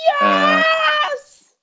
yes